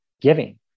giving